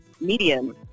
Medium